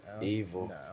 evil